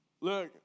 Look